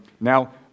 Now